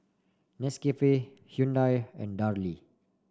Nescafe Hyundai and Darlie